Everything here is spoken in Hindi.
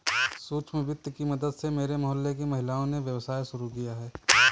सूक्ष्म वित्त की मदद से मेरे मोहल्ले की महिलाओं ने व्यवसाय शुरू किया है